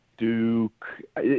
Duke